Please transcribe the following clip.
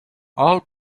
all